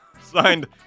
Signed